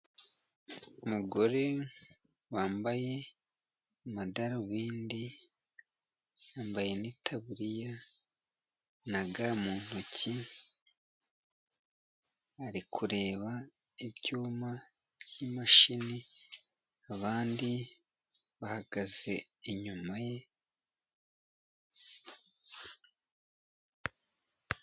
Umugore wambaye amadarubindi, yambaye itaburiya na ga mu ntoki, ari kureba ibyuma by'imashini abandi bahagaze inyuma ye.